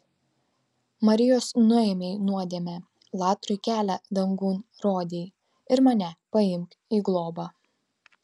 marijos nuėmei nuodėmę latrui kelią dangun rodei ir mane paimk į globą